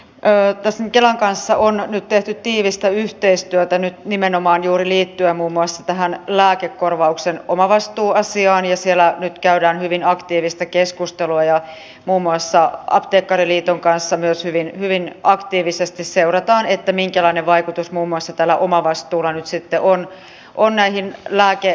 tässä kelan kanssa on nyt tehty tiivistä yhteistyötä nimenomaan juuri liittyen muun muassa tähän lääkekorvauksen omavastuuasiaan ja siellä nyt käydään hyvin aktiivista keskustelua ja muun muassa apteekkariliiton kanssa myös hyvin aktiivisesti seurataan minkälainen vaikutus muun muassa tällä omavastuulla nyt sitten on näihin lääkeostoihin